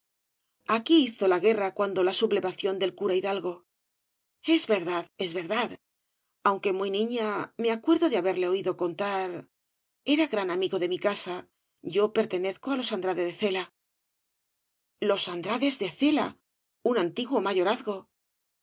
aquí hizo la guerra cuando la sublevación del cura hidalgo es verdad es verdad aunque muy niña me acuerdo de haberle oído contar era gran amigo de mi casa yo pertenezco á los andrade de cela los andrades de cela un antiguo mayorazgo